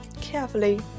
carefully